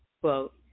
quote